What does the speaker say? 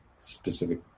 specific